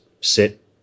sit